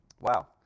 Wow